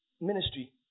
ministry